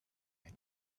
and